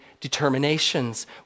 determinations